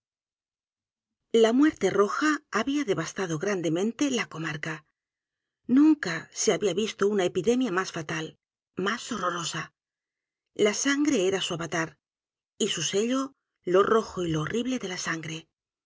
e m e n t e la comarca nunca se había visto una epidemia más fatal más horrorosa la sangre era su avatar y su sello lo rojo y lo horrible de la